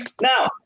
Now